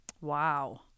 Wow